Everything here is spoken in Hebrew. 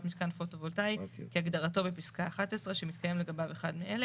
מיתקן פוטו-וולטאי כהגדרתו בפסקה (11) שמתקיים לגביו אחד מאלה: